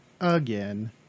again